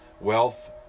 Wealth